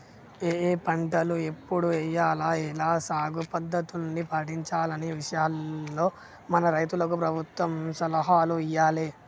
ఏఏ పంటలు ఎప్పుడు ఎయ్యాల, ఎలా సాగు పద్ధతుల్ని పాటించాలనే విషయాల్లో మన రైతులకు ప్రభుత్వం సలహాలు ఇయ్యాలే